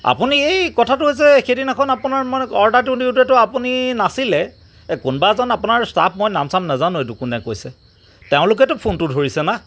আপুনি এই কথাটো হৈছে সেইদিনাখন আপোনাৰ অৰ্ডাৰটো দিওঁতে আপুনি নাছিলে কোনোবা এজন আপোনাৰ ষ্টাফ নাম চাম নাজানো কোনে কৈছে তেওঁলোকেটো ফোনটো ধৰিছে না